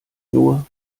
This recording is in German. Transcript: nur